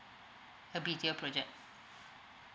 a B_T_O project